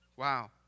Wow